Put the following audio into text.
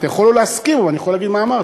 אתה יכול לא להסכים אבל אני יכול להגיד מה אמרתי.